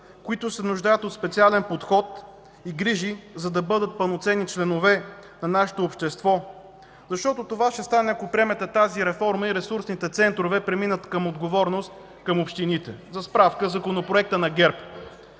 които се нуждаят от специален подход и грижи, за да бъдат пълноценни членове на нашето общество. Защото това ще стане, ако приемете тази реформа и ресурсните центрове преминат на отговорност към общините. За справка – Законопроекът на ГЕРБ.